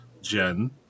Jen